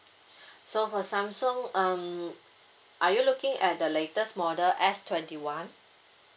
so for samsung um are you looking at the latest model S twenty one